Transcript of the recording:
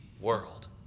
world